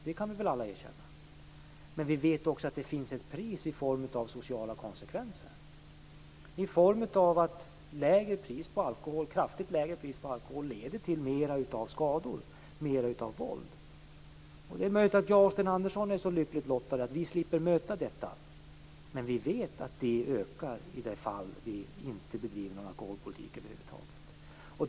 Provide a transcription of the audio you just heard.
Det kan vi alla erkänna. Men vi vet också att det finns ett pris i form av sociala konsekvenser. Kraftigt lägre priser på alkohol leder till mer skador och mer våld. Det är möjligt att Sten Andersson och jag är så lyckligt lottade att vi slipper möta detta. Men vi vet att detta ökar om vi inte bedriver någon alkoholpolitik över huvud taget.